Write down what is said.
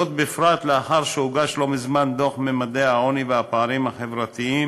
בפרט לאחר שהוגש לא מזמן דוח ממדי העוני והפערים החברתיים,